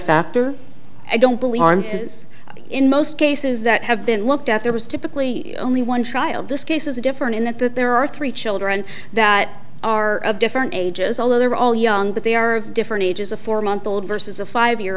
factor i don't believe because in most cases that have been looked at there was typically only one trial this case is different in that there are three children that are of different ages although they're all young but they are of different ages a four month old versus a five year